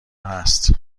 هست